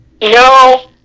No